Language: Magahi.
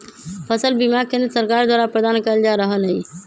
फसल बीमा केंद्र सरकार द्वारा प्रदान कएल जा रहल हइ